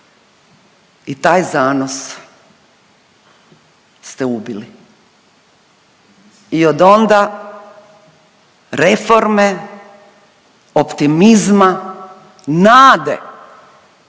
i taj zanos ste ubili i od onda reforme, optimizma, nade